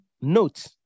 Note